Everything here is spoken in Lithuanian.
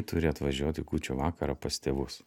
turi atvažiuoti kūčių vakarą pas tėvus